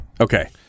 Okay